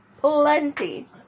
Plenty